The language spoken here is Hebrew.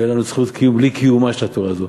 ואין לנו זכות קיום בלי קיומה של התורה הזאת.